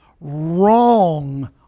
wrong